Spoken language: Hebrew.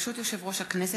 ברשות יושב-ראש הכנסת,